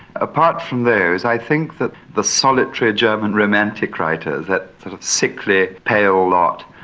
apart from those i think that the solitary german romantic writer, that sort of sickly pale lot,